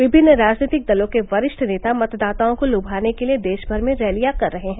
विभिन्न राजनीतिक दलों के वरिष्ठ नेता मतदाताओं को लुमाने के लिए देशभर में रैलियां कर रहे हैं